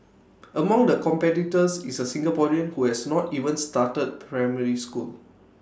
among the competitors is A Singaporean who has not even started primary school